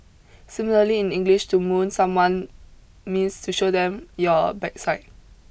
similarly in English to moon someone means to show them your backside